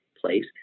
place